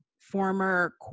former